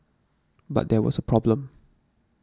but there was a problem